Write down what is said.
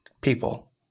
people